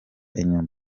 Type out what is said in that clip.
inyuma